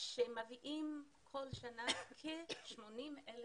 שמביאים כל שנה כ-80,000